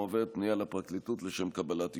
מועברת פנייה לפרקליטות לשם קבלת אישור.